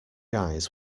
eyes